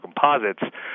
composites